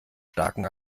starkem